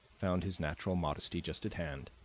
found his natural modesty just at hand.